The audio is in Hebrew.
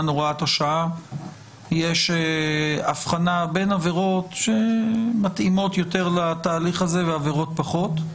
הוראת השעה יש הבחנה בין עבירות שמתאימות יותר לתהליך הזה ועבירות פחות.